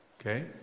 okay